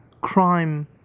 crime